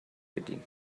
bedienen